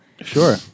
sure